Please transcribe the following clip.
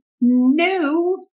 No